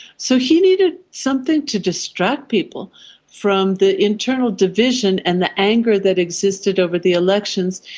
so he needed something to distract people from the internal division and the anger that existed over the elections,